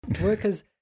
Workers